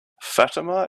fatima